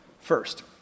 First